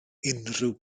unrhyw